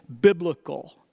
biblical